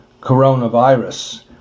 coronavirus